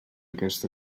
aquest